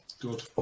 good